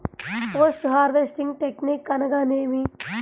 Post harvesting technique అనగా నేమి?